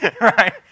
right